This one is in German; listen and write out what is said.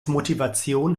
motivation